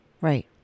Right